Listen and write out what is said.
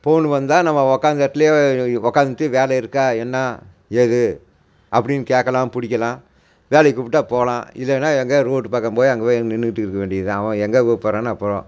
phone வந்தால் நம்ம உட்காந்த இடத்திலேயே உட்காந்துகிட்டு வேலை இருக்கா என்ன ஏது அப்படின்னு கேட்கலாம் பிடிக்கிலாம் வேலைக்கு கூப்பிட்டா போகலாம் இல்லைனால் எங்கேயா ரோட்டு பக்கம் போய் அங்கே போய் அங்கே நின்றுட்டு இருக்க வேண்டியது தான் அவன் எங்கே கூப்பிடறானோ அப்போ தான்